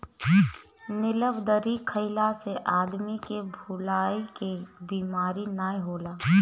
नीलबदरी खइला से आदमी के भुलाए के बेमारी नाइ होला